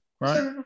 right